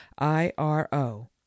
IRO